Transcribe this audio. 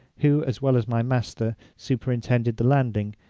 who, as well as my master, superintended the landing,